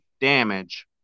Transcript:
damage